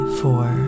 four